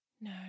No